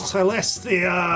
Celestia